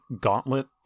Gauntlet